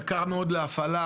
יקר מאוד להפעלה.